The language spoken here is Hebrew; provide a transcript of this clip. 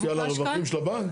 זה משפיע על הרווחים של הבנק?